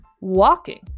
walking